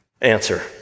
Answer